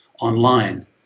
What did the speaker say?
online